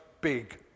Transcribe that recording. big